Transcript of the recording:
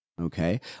Okay